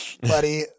buddy